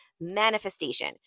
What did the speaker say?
manifestation